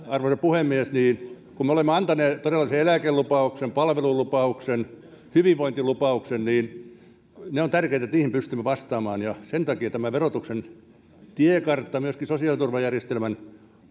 arvoisa puhemies me olemme antaneet todella sen eläkelupauksen palvelulupauksen hyvinvointilupauksen ja on tärkeätä että niihin pystymme vastaamaan ja sen takia verotuksen tiekartassa myöskin sosiaaliturvajärjestelmän